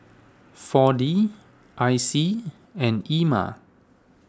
four D I C and Ema